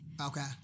Okay